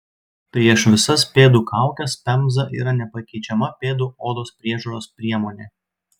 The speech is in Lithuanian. prieš visas pėdų kaukes pemza yra nepakeičiama pėdų odos priežiūros priemonė